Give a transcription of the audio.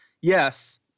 yes